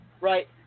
right